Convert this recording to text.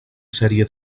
sèrie